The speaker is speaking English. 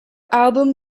album